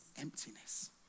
emptiness